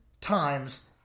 times